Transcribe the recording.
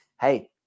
hey